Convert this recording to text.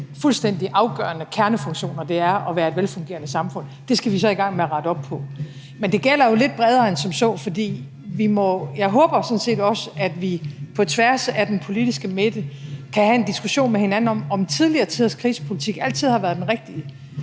fuldstændig afgørende kernefunktioner i forhold til at være et velfungerende samfund. Det skal vi så i gang med at rette op på. Men det gælder jo lidt bredere end som så, og jeg håber sådan set også, at vi på tværs af den politiske midte kan have en diskussion med hinanden om, om tidligere tiders krisepolitik altid har været den rigtige.